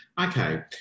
Okay